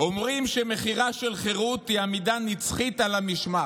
אומרים שמחירה של חירות הוא עמידה נצחית על המשמר.